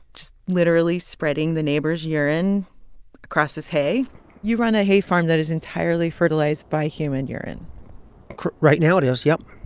just literally spreading the neighbors' urine across his hay you run a hay farm that is entirely fertilized by human urine right now it is, yup.